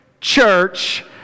Church